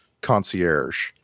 concierge